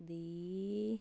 ਦੀ